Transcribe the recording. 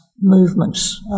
movements